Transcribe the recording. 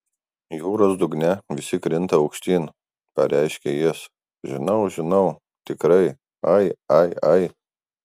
jūros dugne visi krinta aukštyn pareiškė jis žinau žinau tikrai ai ai ai